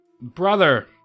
Brother